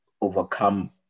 overcome